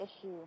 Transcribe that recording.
issue